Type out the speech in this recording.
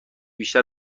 بیشتر